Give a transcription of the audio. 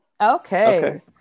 Okay